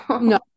No